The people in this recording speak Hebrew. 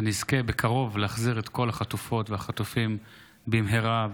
שנזכה בקרוב להחזיר את כל החטופות והחטופים במהרה,